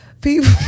people